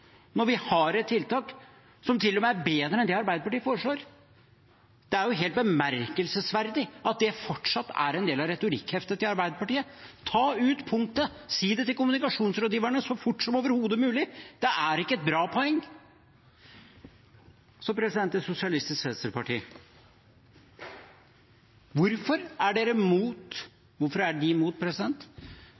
når vi har et tiltak som til og med er bedre enn det Arbeiderpartiet foreslår. Det er helt bemerkelsesverdig at det fortsatt er en del av retorikkheftet til Arbeiderpartiet. Ta ut punktet, si det til kommunikasjonsrådgiverne så fort som overhodet mulig. Det er ikke et bra poeng. Så til Sosialistisk Venstreparti: Hvorfor er